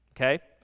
okay